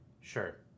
Sure